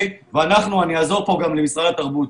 אעזור גם למשרד התרבות: